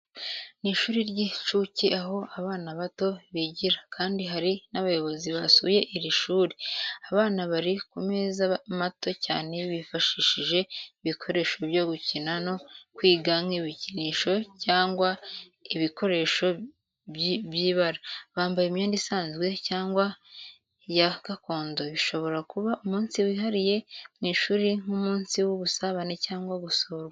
Ni ishuri ry’inshuke aho abana bato bigira kandi hari n’abayobozi basuye iri shuri. Abana bari ku meza mato cyane bifashishije ibikoresho byo gukina no kwiga nk’ibikinisho cyangwa ibikoresho by’ibara. Bambaye imyenda isanzwe cyangwa ya gakondo bishobora kuba umunsi wihariye mu ishuri nk’umunsi w’ubusabane cyangwa gusurwa.